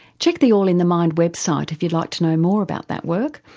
check the all in the mind website if you'd like to know more about that work.